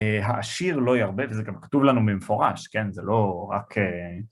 העשיר לא ירבה, וזה גם כתוב לנו במפורש, כן, זה לא רק...